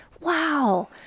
Wow